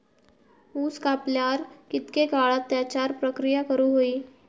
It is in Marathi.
ऊस कापल्यार कितके काळात त्याच्यार प्रक्रिया करू होई?